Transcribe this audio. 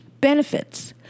benefits